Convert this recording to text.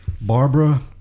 Barbara